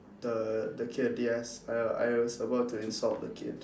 the the K I D S I I was about to insult the kid